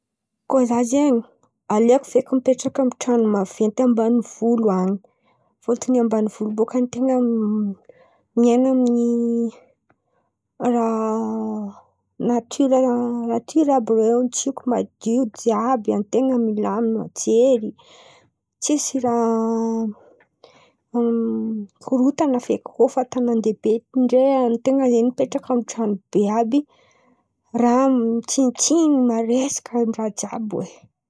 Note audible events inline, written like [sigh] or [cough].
Koa za zen̈y aleoko feky mipetraka amy tran̈o maventy ambanivolo an̈y. Fôtony ambanivolo bôka [hesitation] ten̈a miain̈y amin’ny raha natiora natora àby rô, tsiko madio jiàby, an-ten̈a milamin̈y jery. Tsisy raha [hesitation] mikorontan̈a feky. Koa fa an-tanàn-dehibe eto, ndray an-ten̈a zen̈y mipetraka amy tran̈o be àby raha mantsintsin̈y maraisaka jiàby oe.